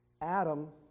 Adam